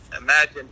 imagine